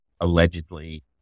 allegedly